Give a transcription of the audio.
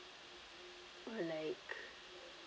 or like